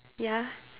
ya